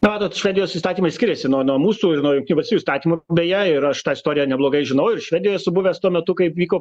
na matot švedijos įstatymai skiriasi nuo nuo mūsų ir nuo jungtinių valstijų įstatymų beje ir aš tą istoriją neblogai žinau ir švedijoj esu buvęs tuo metu kai vyko